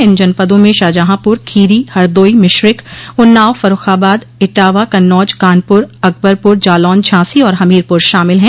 इन जनपदों में शाहजहांपुर खीरी हरदोई मिश्रिख उन्नाव फर्र्रखाबाद इटावा कन्नौज कानपुर अकबरपुर जालौन झांसी और हमीरपुर शामिल हैं